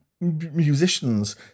musicians